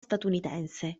statunitense